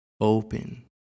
open